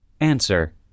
Answer